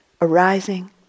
arising